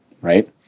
right